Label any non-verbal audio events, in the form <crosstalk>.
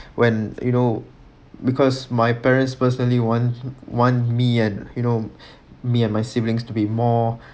when you know because my parents personally want want me and you know <breath> me and my siblings to be more